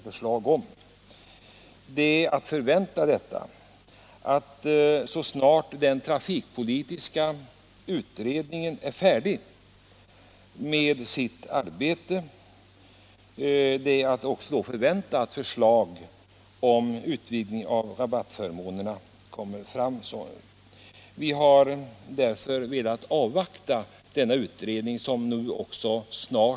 Förslag om detta är säkerligen att vänta när den trafikpolitiska utredningen har slutfört sitt arbete. Vi har därför velat avvakta denna utrednings betänkande.